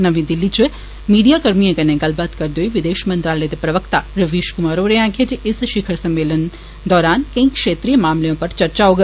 नमीं दिल्ली च मीडियाकर्शिए कन्नै गल्लबात करदे होई विदेश मंत्रालय दे प्रवक्ता रवीश कुमार होरें आखेआ जे इस शिखर सम्मेलन दौरान केईं क्षेत्रीय मामलें उप्पर चर्चा होग